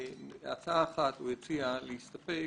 הצעה אחת שהוא הציע היא להסתפק